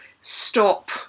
stop